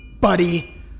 buddy